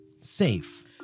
safe